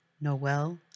Noel